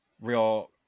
real